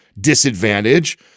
disadvantage